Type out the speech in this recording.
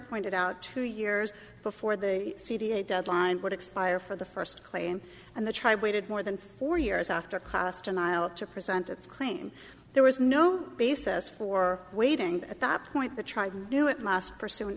pointed out two years before the cd a deadline would expire for the first claim and the tribe waited more than four years after class denial to present its claim there was no basis for waiting at that point the trying to do it must pursue an